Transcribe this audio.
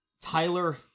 Tyler